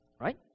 Right